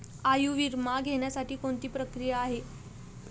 आयुर्विमा घेण्यासाठी कोणती प्रक्रिया आहे?